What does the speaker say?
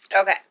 Okay